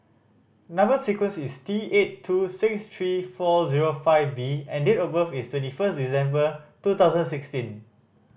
number sequence is T eight two six three four zero five B and date of birth is twenty first December two thousand and sixteen